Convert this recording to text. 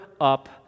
up